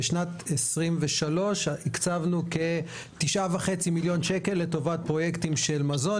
בשנת 2023 הקצבנו כ-9.5 מיליון שקל לטובת פרויקטים של מזון,